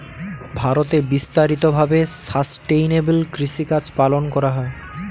ভারতে বিস্তারিত ভাবে সাসটেইনেবল কৃষিকাজ পালন করা হয়